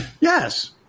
Yes